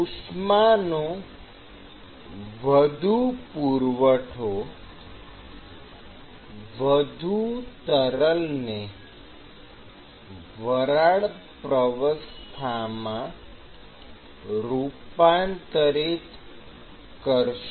ઉષ્માનો વધુ પુરવઠો વધુ તરલને વરાળ પ્રાવસ્થામાં રૂપાંતરિત કરશે